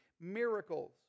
miracles